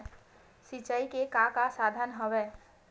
सिंचाई के का का साधन हवय?